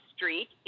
Street